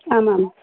आमाम्